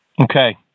Okay